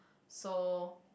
so